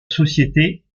société